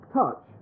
touch